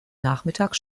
nachmittag